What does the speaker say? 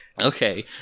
Okay